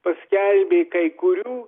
paskelbė kai kurių